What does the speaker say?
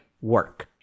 work